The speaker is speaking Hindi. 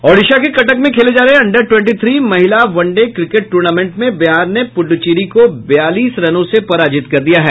ओडिशा के कटक में खेले जा रहे अंडर ट्वेंटी थ्री महिला वन डे क्रिकेट टूर्नामेंट में बिहार ने पुड्डूचेरी को बयालीस रनों से पराजित कर दिया है